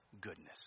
goodness